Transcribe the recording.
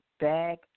bag